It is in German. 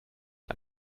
mit